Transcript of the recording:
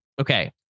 Okay